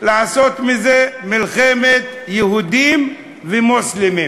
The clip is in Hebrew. לעשות מזה מלחמת יהודים ומוסלמים.